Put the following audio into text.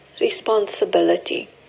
responsibility